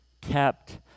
kept